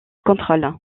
contrôle